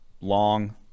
Long